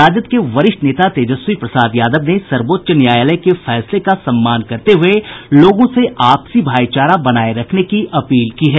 राजद के वरिष्ठ नेता तेजस्वी प्रसाद यादव ने सर्वोच्च न्यायालय के फैसले का सम्मान करते हुये लोगों से आपसी भाईचारा बनाये रखने की अपील की है